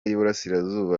y’iburasirazuba